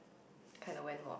kind of went more often